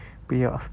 不要